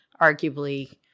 arguably